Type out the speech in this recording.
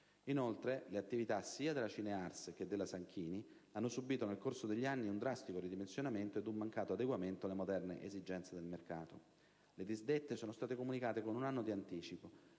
Inoltre, le attività sia della Cinears che della Sanchini hanno subito, nel corso degli anni, un drastico ridimensionamento ed un mancato adeguamento alle moderne esigenze del mercato. Le disdette sono state comunicate con un anno di anticipo